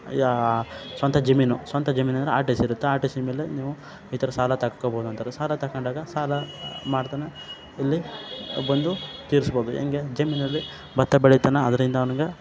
ಯಾ ಸ್ವಂತ ಜಮೀನು ಸ್ವಂತ ಜಮೀನು ಅಂದರೆ ಆರ್ ಟಿ ಸಿ ಇರುತ್ತೆ ಆರ್ ಟಿ ಸಿ ಮೇಲೆ ನೀವು ಈ ಥರ ಸಾಲ ತಕ್ಕಬೋದು ಅಂತಾರೆ ಸಾಲ ತಕಂಡಾಗ ಸಾಲ ಮಾಡ್ತಾನೆ ಇಲ್ಲಿ ಬಂದು ತೀರ್ಸ್ಬೌದು ಹೆಂಗೆ ಜಮೀನಲ್ಲಿ ಭತ್ತ ಬೆಳಿತಾನೆ ಅದರಿಂದ ಅವ್ನಿಗೆ